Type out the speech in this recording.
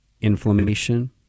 inflammation